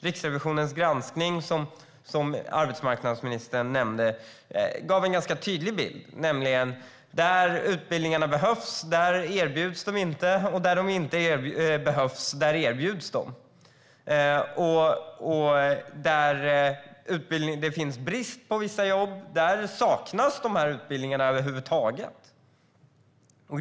Riksrevisionens granskning, som arbetsmarknadsministern nämnde, gav en ganska tydlig bild: Där utbildningarna behövs erbjuds de inte, och där de inte behövs erbjuds de. Där det råder brist på arbetskraft saknas utbildningarna över huvud taget.